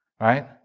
Right